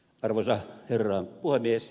arvoisa herra puhemies